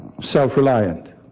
self-reliant